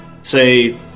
Say